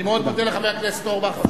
אני מאוד מודה לחבר הכנסת אורבך,